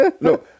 No